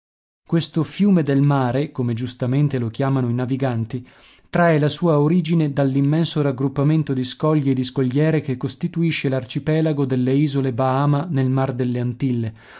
questo fiume del mare come giustamente lo chiamano i naviganti trae la sua origine dall'immenso raggruppamento di scogli e di scogliere che costituisce l'arcipelago delle isole bahama nel mar delle antille